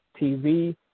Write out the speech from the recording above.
TV